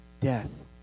death